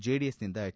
ಜೆಡಿಎಸ್ನಿಂದ ಎಚ್